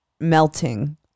melting